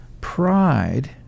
pride